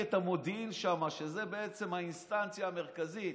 מחלקת המודיעין שמה, שזה האינסטנציה המרכזית